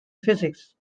physics